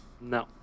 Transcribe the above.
No